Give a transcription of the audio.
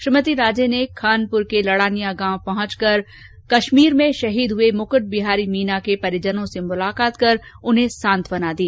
श्रीमती राजे ने खानपुर के लड़ानिया गांव पहुंचकर कश्मीर में शहीद हुए मुकुट बिहारी मीना के परिजनों से मुलाकात कर उन्हें सांत्वना दी